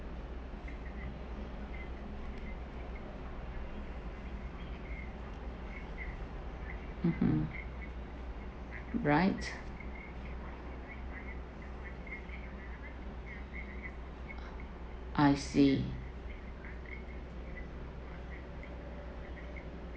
mmhmm right I see